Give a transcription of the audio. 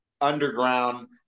underground